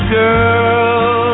girl